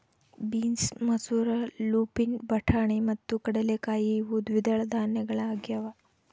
beans ಮಸೂರ lupin ಬಟಾಣಿ ಮತ್ತು ಕಡಲೆಕಾಯಿ ಇವು ದ್ವಿದಳ ಧಾನ್ಯಗಳಾಗ್ಯವ